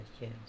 yes